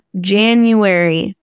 January